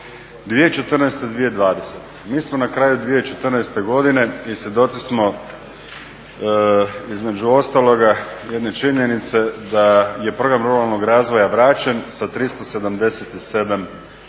2014.-2020., mi smo na kraju 2014. godine i svjedoci smo između ostaloga jedne činjenice da je program ruralnog razvoja vraćen sa 377